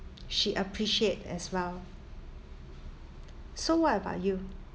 she appreciate as well so what about you